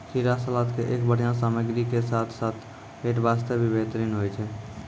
खीरा सलाद के एक बढ़िया सामग्री के साथॅ साथॅ पेट बास्तॅ भी बेहतरीन होय छै